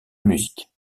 musique